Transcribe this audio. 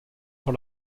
sur